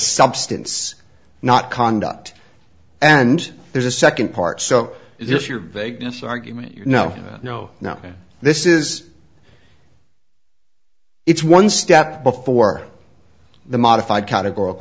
substance not conduct and there's a second part so is this your vagueness argument you know no no this is it's one step before the modified categor